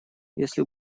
если